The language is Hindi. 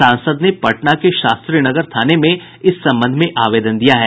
सांसद ने पटना के शास्त्रीनगर थाने में इस संबंध में आवेदन दिया है